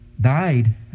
died